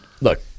look